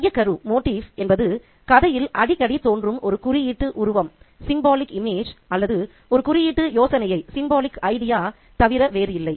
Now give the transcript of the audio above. மையக்கரு என்பது கதையில் அடிக்கடி தோன்றும் ஒரு குறியீட்டு உருவம் அல்லது ஒரு குறியீட்டு யோசனையைத் தவிர வேறில்லை